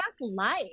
life